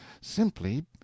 Simply